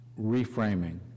reframing